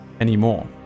anymore